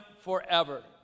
forever